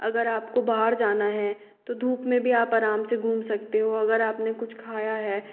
अगर आपको बाहर जाना है तो धूप में भी आप आराम से घूम सकते हो अगर आपने कुछ खाया है